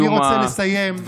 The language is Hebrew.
אני רוצה לסיים.